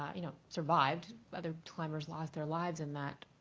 you know, survived. others climbers lost their lives in that.